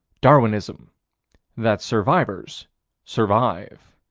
darwinism that survivors survive.